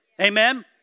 Amen